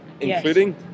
including